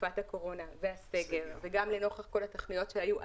תקופת הקורונה והסגר וגם לנוכח כל התוכניות שהיו,